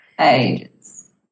Ages